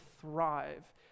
thrive